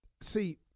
See